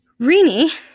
Rini